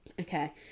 Okay